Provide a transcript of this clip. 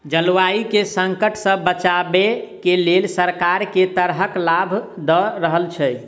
जलवायु केँ संकट सऽ बचाबै केँ लेल सरकार केँ तरहक लाभ दऽ रहल छै?